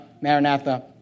maranatha